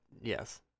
yes